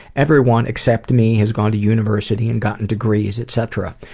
everyone except me has gone to university and gotten degrees etc.